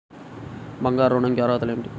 బంగారు ఋణం కి అర్హతలు ఏమిటీ?